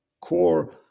core